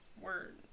word